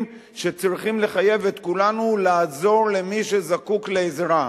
שצריכים לחייב את כולנו לעזור למי שזקוק לעזרה.